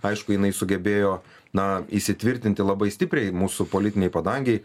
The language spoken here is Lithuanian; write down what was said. aišku jinai sugebėjo na įsitvirtinti labai stipriai mūsų politinėj padangėj